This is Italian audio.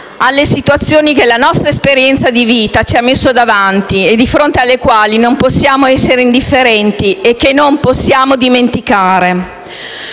alle situazioni che la nostra esperienza di vita ci ha messo davanti e di fronte alle quali non possiamo essere indifferenti e che non possiamo dimenticare.